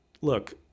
look